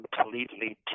completely